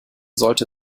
sollte